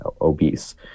obese